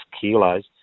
kilos